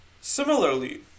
Similarly